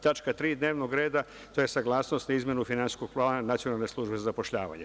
Tačka tri dnevnog reda, to je saglasnost na izmenu finansijskog plana Nacionalne službe za zapošljavanje.